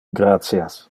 gratias